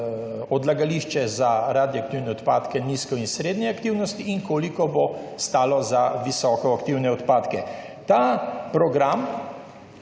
odlagališče za radioaktivne odpadke nizke- in srednje aktivnosti, in koliko bo stalo za visokoaktivne odpadke. Ta program